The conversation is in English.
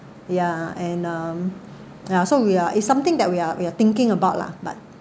yeah and um yeah so we are it's something that we are we are thinking about lah but